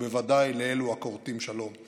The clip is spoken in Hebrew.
ובוודאי לאלו הכורתים שלום.